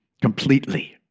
completely